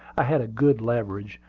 i had a good leverage,